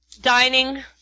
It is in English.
dining